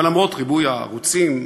אבל למרות ריבוי הערוצים,